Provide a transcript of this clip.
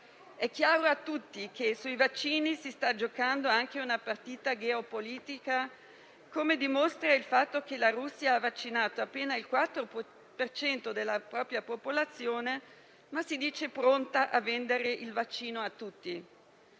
È chiaro a tutti che sui vaccini si sta giocando anche una partita geopolitica, come dimostra il fatto che la Russia ha vaccinato appena il 4 per cento della propria popolazione, ma si dice pronta a vendere il vaccino a tutti.